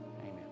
Amen